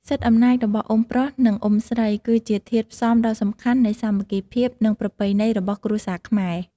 សិទ្ធិអំណាចរបស់អ៊ុំប្រុស និងអ៊ុំស្រី គឺជាធាតុផ្សំដ៏សំខាន់នៃសាមគ្គីភាព និងប្រពៃណីរបស់គ្រួសារខ្មែរ។